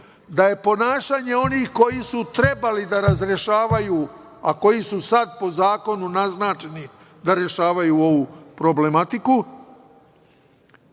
da je ponašanje onih koji su trebali da razrešavaju, a koji su sada po zakonu naznačeni da rešavaju ovu problematiku,